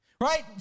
right